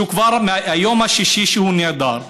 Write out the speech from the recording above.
זה כבר היום השישי שהוא נעדר,